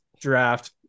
draft